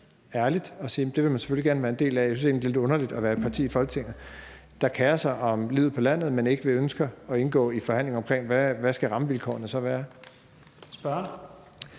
ærligt at sige, at det vil man selvfølgelig gerne være en del af. Jeg synes egentlig, det er lidt underligt at være et parti i Folketinget, der kerer sig om livet på landet, men ikke ønsker at indgå i forhandlinger om, hvad rammevilkårene så skal